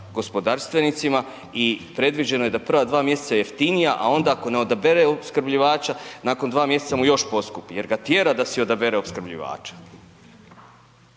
gospodarstvenicima i predviđeno je da prva dva mjeseca jeftinija a onda ako ne odabere opskrbljivača nakon 2 mjeseca mu još poskupi jer ga tjera da si odabere opskrbljivača.